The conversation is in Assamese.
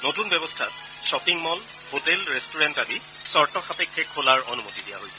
নতুন ব্যৱস্থাত শ্বপিং মল হোটেল ৰেষ্টৰেণ্ট আদি চৰ্ত সাপেক্ষে খোলাৰ অনুমতি দিয়া হৈছে